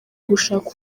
gushaka